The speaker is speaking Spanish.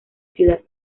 ciudad